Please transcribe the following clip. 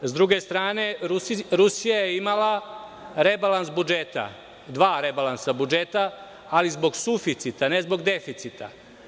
S druge strane, Rusija je imala dva rebalansa budžeta, ali zbog suficita, ne zbog deficita.